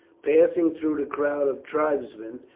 passing through the crowd of tribesmen,